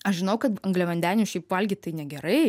aš žinau kad angliavandenių šiaip valgyt tai negerai